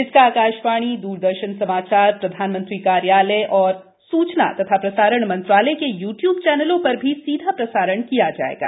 इसका आकाशवाणी द्रदर्शन समाचार प्रधानमंत्री कार्यालय तथा सूचना और प्रसारण मंत्रालय के यू ट्यूब चैनलों पर भी सीधा प्रसारण किया जाएगा